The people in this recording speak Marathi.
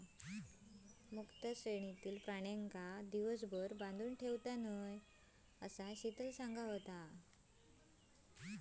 मुक्त श्रेणीतलय प्राण्यांका दिवसभर बांधून ठेवत नाय, असा शीतल सांगा होता